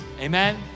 Amen